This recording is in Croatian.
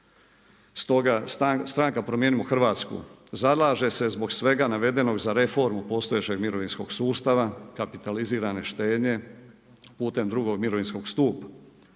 Stoga stranka Promijenimo Hrvatsku, zalaže se zbog svega navedenog za reformu postojećeg mirovinskog sustava, kapitalizirane štednje putem drugog mirovinskog stupa.